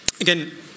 again